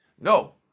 No